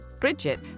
Bridget